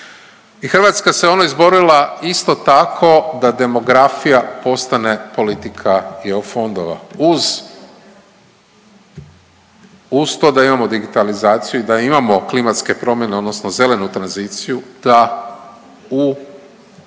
I Hrvatska se ono izborila isto tako da demografija postane politika EU fondova uz, uz to da imamo digitalizaciju i da imamo klimatske promjene, odnosno zelenu tranziciju, da u